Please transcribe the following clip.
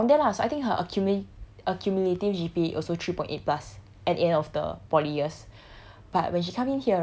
through like around there lah so I think her accumu~ accumulative G_P_A also three point eight plus at the end of the poly years